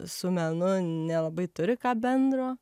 su menu nelabai turi ką bendro